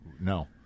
no